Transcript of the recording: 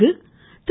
கு திரு